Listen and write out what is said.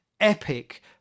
epic